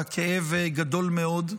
והכאב גדול מאוד.